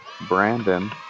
Brandon